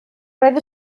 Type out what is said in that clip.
roedd